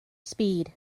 speed